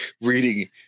reading